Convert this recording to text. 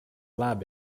lab